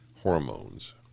hormones